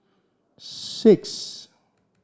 six